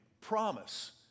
promise